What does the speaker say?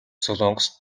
солонгост